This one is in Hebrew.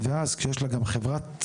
ואז כשיש לה גם חברת,